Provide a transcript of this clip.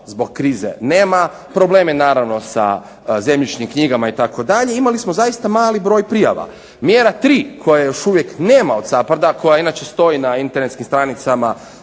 zbog krize nema, problemi naravno sa zemljišnim knjigama itd., imali smo zaista mali broj prijava. Mjera tri, koje još uvijek nema od SAPHARD-a koja inače stoji na Internetskim stranicama